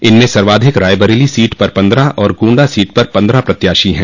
इनमें सर्वाधिक रायबरेली सीट पर पन्द्रह और गोंडा सीट पर पन्द्रह प्रत्याशी हैं